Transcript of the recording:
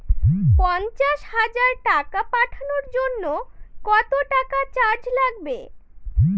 পণ্চাশ হাজার টাকা পাঠানোর জন্য কত টাকা চার্জ লাগবে?